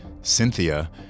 Cynthia